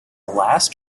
last